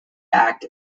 act